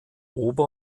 ober